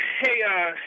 Hey